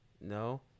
No